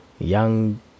Young